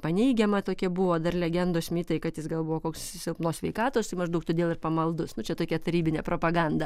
paneigiama tokie buvo dar legendos mitai kad jis gal buvo koks silpnos sveikatos tai maždaug todėl ir pamaldus nuo čia tokia tarybinė propaganda